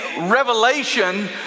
revelation